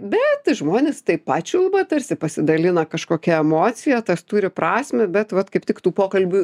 bet žmonės taip pačiulba tarsi pasidalina kažkokia emocija tas turi prasmę bet vat kaip tik tų pokalbių